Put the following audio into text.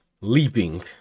leaping